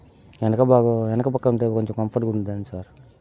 వెనక భాగం వెనక ప్రక్క ఉంటే కొంచెం కంఫర్ట్గా ఉంటుందని సార్